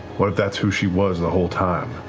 what if that's who she was the whole time?